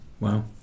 wow